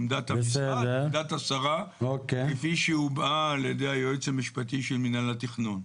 עמדת השרה כפי שהובעה על-ידי היועץ המשפטי של מנהל התכנון.